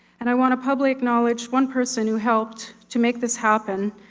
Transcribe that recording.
and i wanna publicly acknowledge one person who helped to make this happen,